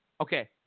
okay